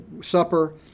supper